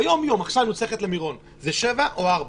ביומיום עכשיו אני רוצה ללכת למירון, זה 7 או 4?